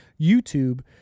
YouTube